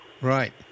Right